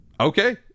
Okay